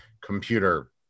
computer